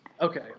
Okay